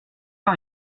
pas